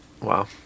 Wow